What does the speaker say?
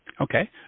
Okay